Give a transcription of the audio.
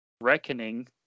Reckoning